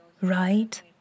right